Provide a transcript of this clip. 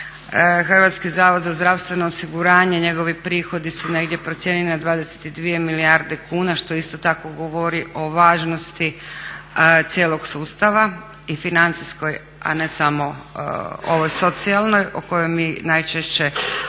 HZZO izdvojio iz sustava riznice. HZZO, njegovi prihodi su negdje procijenjeni na 22 milijarde kuna što isto tako govori o važnosti cijelog sustava i financijskog, a ne samo ovoj socijalnoj o kojoj mi najčešće govorimo